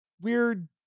weird